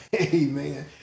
Amen